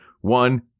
One